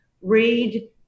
read